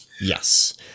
Yes